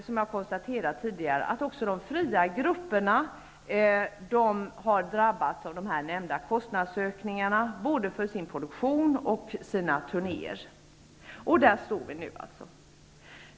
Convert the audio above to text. Som jag har konstaterat tidigare har de fria grupperna drabbats av de nämnda kostnadsökningarna, både när det gäller produktion och turnéer. Där står vi nu.